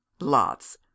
Lots